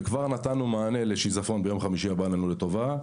וכבר נתנו מענה לשיזפון ביום חמישי הבא עלינו לטובה,